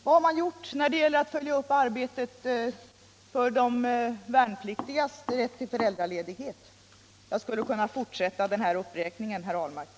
Vad har man gjort när det gäller att följa upp arbetet för de värnpliktigas rätt till föräldraledighet? Jag skulle kunna fortsätta den här uppräkningen, herr Ahlmark.